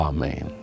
Amen